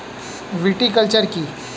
Viticulture কী?